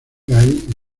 gay